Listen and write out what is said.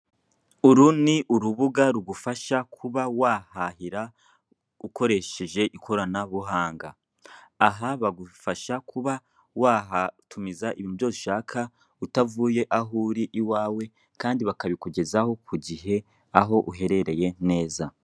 Uru ni urubuga rugufasha kuba wahahira ukoresheje ikoranabuhanga, aha bagufasha kuba wahatumiza ibintu byose ushaka utavuye aho uri iwawe kandi bakabikugezaho ku gihe aho uherereye neza.